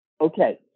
Okay